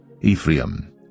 Ephraim